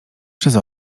przez